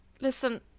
Listen